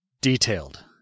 detailed